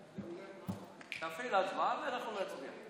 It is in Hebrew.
תפעיל הצבעה ואנחנו נצביע.